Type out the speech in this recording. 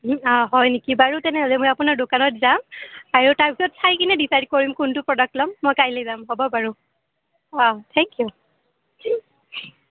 অঁ হয় নেকি বাৰু তেনেহ'লে মই আপোনাৰ দোকানত যাম আৰু তাৰ পিছত চাই কিনে ডিচাইড কৰিম কোনটো প্ৰডাক্ট লম মই কাইলৈ যাম হ'ব বাৰু অঁ থেংক ইউ